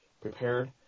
prepared